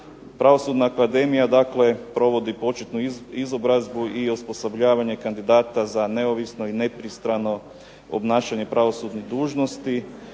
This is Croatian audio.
Pravosudna akademija dakle provodi početnu izobrazbu i osposobljavanje kandidata za neovisno i nepristrano obnašanje pravosudnih dužnosti,